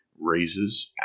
raises